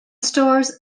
stores